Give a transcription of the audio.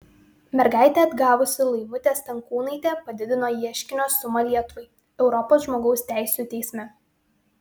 mergaitę atgavusi laimutė stankūnaitė padidino ieškinio sumą lietuvai europos žmogaus teisių teisme